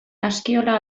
askiola